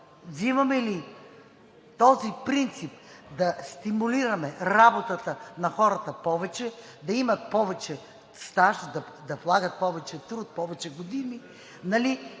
взимаме ли този принцип да стимулираме работата на хората да имат повече стаж, да влагат повече труд, повече години